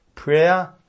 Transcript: Prayer